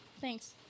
Thanks